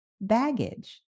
baggage